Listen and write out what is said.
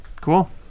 cool